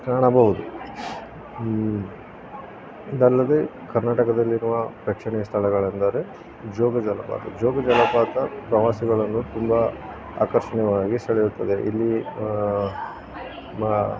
ಕಾಣಬಹುದು ಇದಲ್ಲದೆ ಕರ್ನಾಟಕದಲ್ಲಿರುವ ಪ್ರೇಕ್ಷಣೀಯ ಸ್ಥಳಗಳೆಂದರೆ ಜೋಗ ಜಲಪಾತ ಜೋಗ ಜಲಪಾತ ಪ್ರವಾಸಿಗಳನ್ನು ತುಂಬ ಆಕರ್ಷಣೀಯವಾಗಿ ಸೆಳೆಯುತ್ತದೆ ಇಲ್ಲಿ ಮ